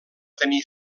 tenir